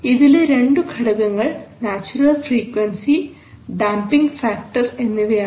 ഇതിലെ രണ്ടു ഘടകങ്ങൾ നാച്ചുറൽ ഫ്രീക്വൻസി ഡാംപിങ് ഫാക്ടർ എന്നിവയാണ്